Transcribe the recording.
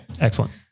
Excellent